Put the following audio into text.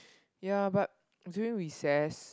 ya but during recess